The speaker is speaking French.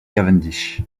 cavendish